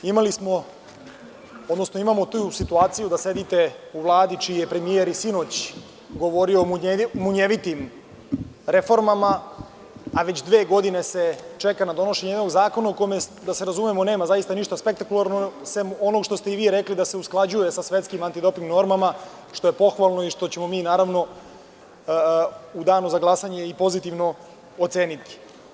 Imamo tu situaciju da sedite u Vladi čiji je premijer i sinoć govorio o munjevitim reformama, a već dve godine se čeka na donošenje jednog zakona u kome, da se razumemo, nema zaista ništa spektakularnog, sem onog što ste i vi rekli, da se usklađuje sa svetskim antidoping normama, što je pohvalno i što ćemo mi u danu za glasanje pozitivno oceniti.